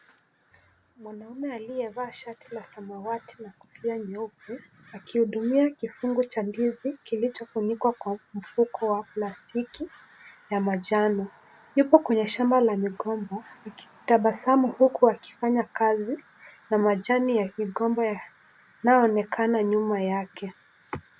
Mwanaume aliyevaa shati ya samawati na Kofia nyeupe akihudumia kifungu cha ndizi kilichofunikwa Kwa mfuko wa plastiki ya manjano. Yupo kwenye shamba la migomba akitabasamu huku akifanya kazi na majani ya migomba inayoonekana nyuma yake.